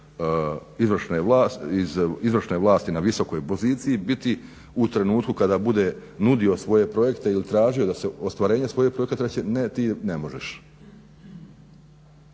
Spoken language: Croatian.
izvršne vlasti na visokoj poziciji biti u trenutku kada bude nudio svoje projekt ili tražio da se ostvarenje svoje …/Govornik se ne